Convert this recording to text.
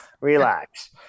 Relax